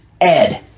Ed